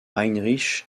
heinrich